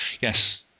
Yes